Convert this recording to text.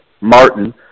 Martin